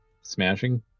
smashing